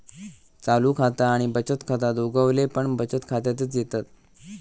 चालू खाता आणि बचत खाता दोघवले पण बचत खात्यातच येतत